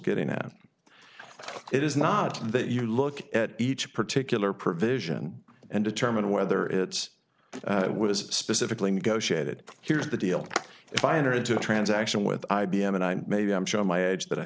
getting at it is not that you look at each particular provision and determine whether it was specifically negotiated here's the deal if i enter into a transaction with i b m and i maybe i'm showing my age